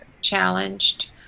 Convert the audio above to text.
challenged